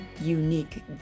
unique